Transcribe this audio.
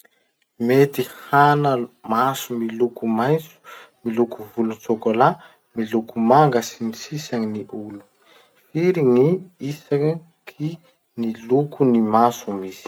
Mety hana maso miloko maitso, mloko volo chocolat, miloko manga, sns gny olo. Firy gny isaky lokon'ny maso misy?